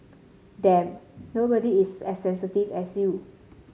damn nobody is as sensitive as you